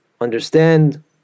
understand